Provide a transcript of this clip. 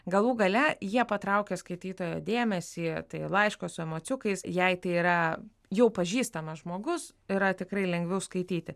galų gale jie patraukia skaitytojo dėmesį tai laiško su emociukais jei tai yra jau pažįstamas žmogus yra tikrai lengviau skaityti